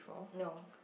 no